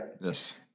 Yes